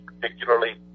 particularly